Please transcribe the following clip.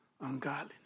ungodliness